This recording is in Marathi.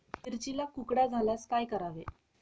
मिरचीला कुकड्या झाल्यास काय करावे?